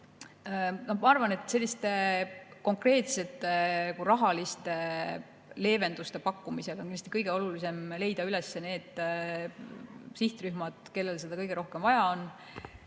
Ma arvan, et selliste konkreetsete rahaliste leevenduste pakkumisega on kindlasti kõige olulisem leida üles need sihtrühmad, kellel seda kõige rohkem vaja on.